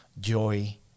joy